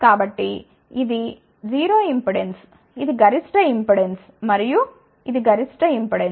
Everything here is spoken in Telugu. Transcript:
కాబట్టి ఇది 0 ఇంపెడెన్స్ ఇది గరిష్ట ఇంపెడెన్స్ మరియు ఇది గరిష్ట ఇంపెడెన్స్